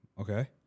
Okay